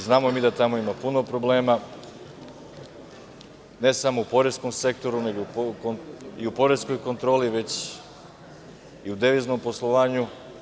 Znamo mi da tamo ima puno problema, ne samo u poreskom sektoru i u poreskoj kontroli, već i u deviznom poslovanju.